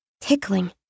Tickling